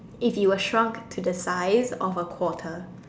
if you were shrunk to the size of a quarter